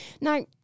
Now